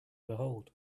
behold